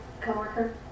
coworker